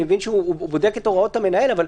אני מבין שהוא בודק את הוראות המנהל, אבל